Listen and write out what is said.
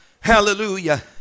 Hallelujah